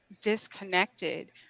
disconnected